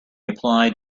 applied